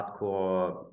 hardcore